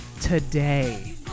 today